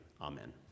amen